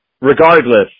Regardless